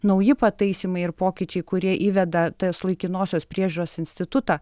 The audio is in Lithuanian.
nauji pataisymai ir pokyčiai kurie įveda tas laikinosios priežiūros institutą